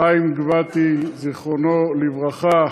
חיים גבתי, זיכרונו לברכה,